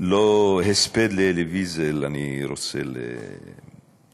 לא הספד לאלי ויזל אני רוצה להגיד,